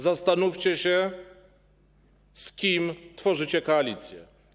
Zastanówcie się z kim tworzycie koalicję.